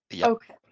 Okay